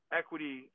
equity